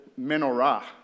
menorah